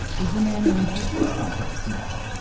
is the man who introduced them to this marvel.